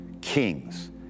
kings